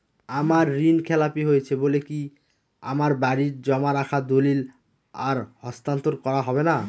আমার ঋণ খেলাপি হয়েছে বলে কি আমার বাড়ির জমা রাখা দলিল আর হস্তান্তর করা হবে না?